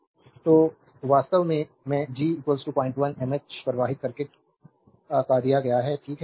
slide time देखें 2700 तो यह वास्तव में जी 01 एमएच प्रवाहकत्त्व सर्किट का दिया गया है ठीक है